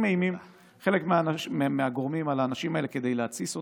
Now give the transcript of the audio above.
אימים על האנשים האלה כדי להתסיס אותם,